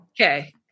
Okay